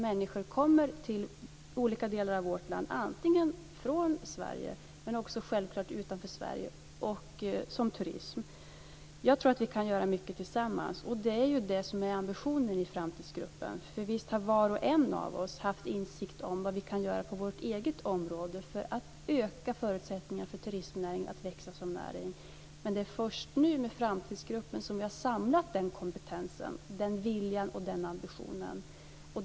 Människor kommer till olika delar av vårt land antingen från Sverige eller - självklart - från länder utanför Sverige som turister. Jag tror att vi kan göra mycket tillsammans. Det är det som är ambitionen i Framtidsgruppen. Visst har var och en av oss haft insikt om vad vi kan göra på vårt eget område för att öka förutsättningarna för turistnäringen att växa som näring. Men det är först nu, med Framtidsgruppen, som vi har samlat den kompetensen, den viljan och den ambitionen.